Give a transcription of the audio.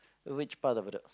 which part of Bedok